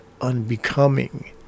unbecoming